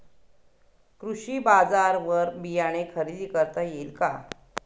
कृषी बाजारवर बियाणे खरेदी करता येतील का?